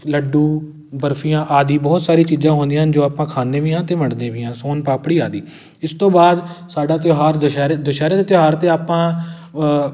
ਲੱਡੂ ਬਰਫੀਆਂ ਆਦਿ ਬਹੁਤ ਸਾਰੀਆਂ ਚੀਜ਼ਾਂ ਆਉਂਦੀਆਂ ਹਨ ਜੋ ਆਪਾਂ ਖਾਂਦੇ ਵੀ ਹਾਂ ਅਤੇ ਵੰਡਦੇ ਵੀ ਹਾਂ ਸੋਨ ਪਾਪੜੀ ਆਦਿ ਇਸ ਤੋਂ ਬਾਅਦ ਸਾਡਾ ਤਿਉਹਾਰ ਦੁਸਹਿਰੇ ਦੁਸਹਿਰੇ ਦੇ ਤਿਉਹਾਰ 'ਤੇ ਆਪਾਂ